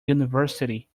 university